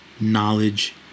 knowledge